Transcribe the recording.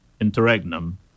interregnum